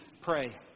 pray